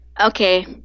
Okay